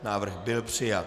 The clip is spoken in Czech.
Návrh byl přijat.